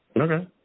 Okay